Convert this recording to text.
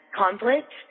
conflict